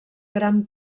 gran